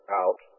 out